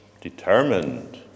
determined